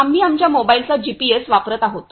आम्ही आमच्या मोबाईलचा जीपीएस वापरत आहोत